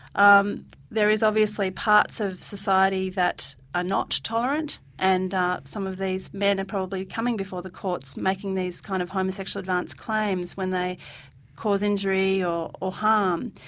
um there is obviously parts of society that are not tolerant and some of these men are and probably coming before the courts making these kind of homosexual advance claims when they cause injury or or harm.